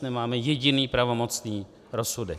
Nemáme jediný pravomocný rozsudek.